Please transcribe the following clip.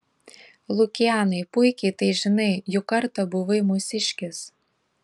lukianai puikiai tai žinai juk kartą buvai mūsiškis